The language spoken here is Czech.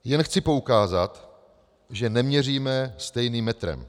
Jen chci poukázat, že neměříme stejným metrem.